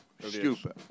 Stupid